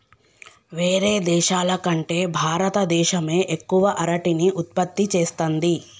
వేరే దేశాల కంటే భారత దేశమే ఎక్కువ అరటిని ఉత్పత్తి చేస్తంది